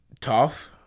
Tough